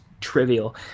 trivial